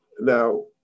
Now